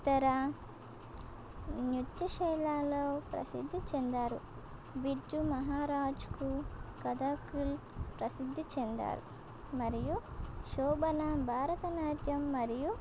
ఇతర నృత్యశైలులలో ప్రసిద్ధి చెందారు బిర్జూ మహరాజ్ కథక్ ప్రసిద్ధి చెందారు మరియు శోభణ భారతనాట్యం మరియు